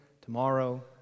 tomorrow